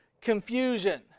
confusion